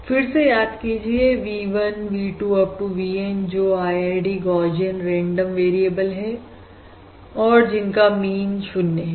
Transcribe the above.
फिर से याद कीजिए V1 V2 Up to VN जो IID गौशियन रेंडम वेरिएबल है और जिनका मीन 0 है